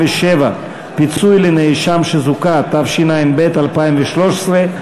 67) (פיצוי לנאשם שזוכה), התשע"ב 2012,